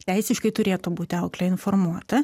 teisiškai turėtų būti auklė informuota